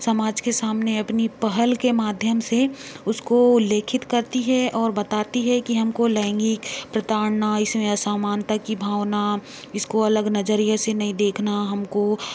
समाज के सामने अपनी पहल के माध्यम से उसको लेखित करती है और बताती है कि हमको लैंगिक प्रताड़ना इसमें असमानता की भावना इसको अलग नजरिये से नई देखना हमको